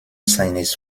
seines